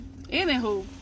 Anywho